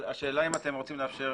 השאלה אם אתם רוצים לאפשר